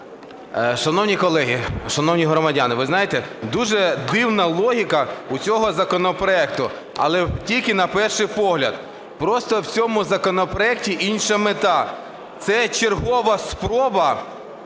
Шановні колеги, шановні громадяни, ви знаєте, дуже дивна логіка у цього законопроекту, але тільки на перший погляд. Просто в цьому законопроекті інша мета – це чергова спроба